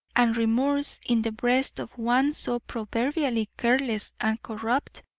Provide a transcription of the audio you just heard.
and remorse in the breast of one so proverbially careless and corrupt,